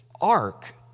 ark